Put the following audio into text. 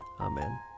Amen